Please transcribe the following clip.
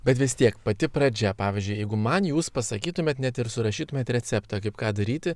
bet vis tiek pati pradžia pavyzdžiui jeigu man jūs pasakytumėt net ir surašytumėt receptą kaip ką daryti